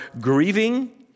grieving